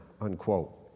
unquote